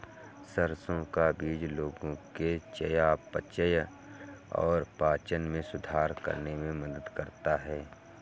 सरसों का बीज लोगों के चयापचय और पाचन में सुधार करने में मदद करता है